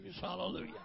Hallelujah